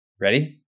Ready